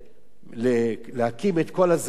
לזה שמקימים את קול הזעקה,